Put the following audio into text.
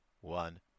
one